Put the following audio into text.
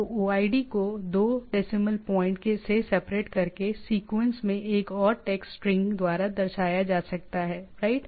तो OID को 2 decimal point से सेपरेट करके सीक्वेंसके में और एक टेक्स्ट स्ट्रिंग द्वारा दर्शाया जा सकता है राइट